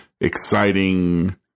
exciting